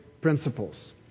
principles